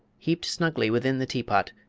heaped snugly within the teapot,